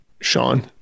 Sean